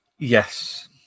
Yes